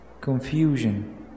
Confusion